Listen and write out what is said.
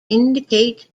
indicate